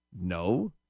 No